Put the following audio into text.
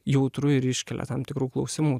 jautru ir iškelia tam tikrų klausimų